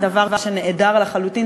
דבר שנעדר לחלוטין,